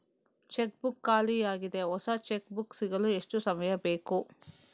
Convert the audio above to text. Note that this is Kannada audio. ಚೆಕ್ ಬುಕ್ ಖಾಲಿ ಯಾಗಿದೆ, ಹೊಸ ಚೆಕ್ ಬುಕ್ ಸಿಗಲು ಎಷ್ಟು ಸಮಯ ಬೇಕು?